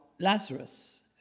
Lazarus